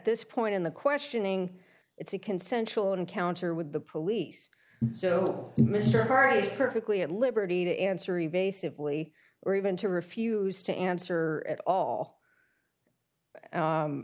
this point in the questioning it's a consensual encounter with the police so mr bartlett perfectly at liberty to answer he basically or even to refuse to answer at all